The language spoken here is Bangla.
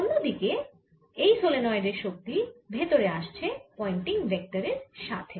অন্য দিকে এই সলেনয়েডের শক্তি ভেতরে আসছে পয়েন্টিং ভেক্টরের সাথে